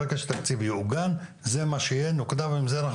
ברגע שהתקציב יעוגן זה מה שיהיה נתקדם עם זה,